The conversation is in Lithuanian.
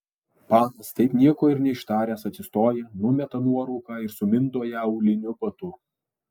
panas taip nieko ir neištaręs atsistoja numeta nuorūką ir sumindo ją auliniu batu